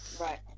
Right